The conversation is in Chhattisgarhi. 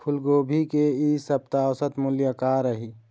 फूलगोभी के इ सप्ता औसत मूल्य का रही?